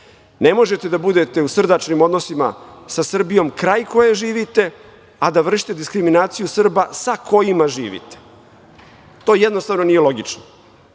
Ne možete da budete u srdačnim odnosima sa Srbijom kraj koje živite, a da vršite diskriminaciju Srba sa kojima živite. To jednostavno nije logično.